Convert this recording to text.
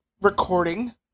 recording